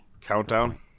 Countdown